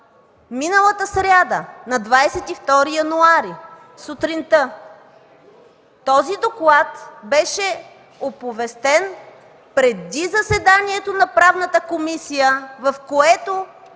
миналата сряда на 22 януари сутринта. Той беше оповестен преди заседанието на Правната комисия, в което